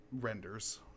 renders